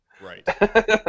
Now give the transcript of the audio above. Right